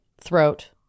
throat